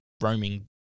roaming